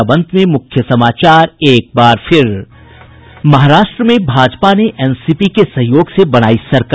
और अब अंत में मुख्य समाचार महाराष्ट्र में भाजपा ने एनसीपी के सहयोग से बनायी सरकार